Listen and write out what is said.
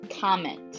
comment